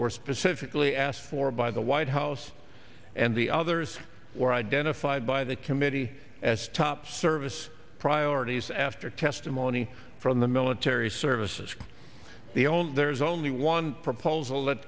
were specifically asked for by the white house and the others were identified by the committee as top service priorities after testimony from the military services the only there's only one proposal that